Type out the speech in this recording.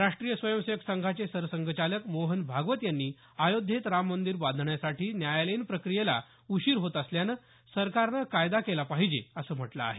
राष्ट्रीय स्वयंसेवक संघाचे सरसंघचालक मोहन भागवत यांनी अयोध्येत राम मंदिर बांधण्यासाठी न्यायालयीन प्रक्रियेला उशीर होत असल्यानं सरकारनं कायदा केला पाहिजे असं म्हटलं आहे